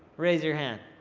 raise your hand.